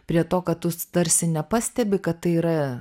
prie to kad tu tarsi nepastebi kad tai yra